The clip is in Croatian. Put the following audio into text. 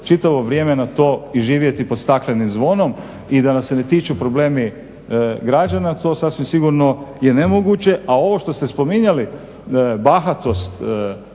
čitavo vrijeme na to i živjeti pod staklenim zvonom i da nas se ne tiču problemi građana to sasvim sigurno je nemoguće. A ovo što ste spominjali bahatost